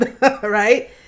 right